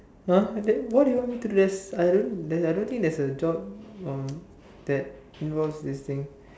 !huh! then what do you want me to do there's I don't I don't think there's a job on that involves this thing